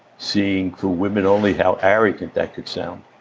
seeing for women only, how arrogant that could sound.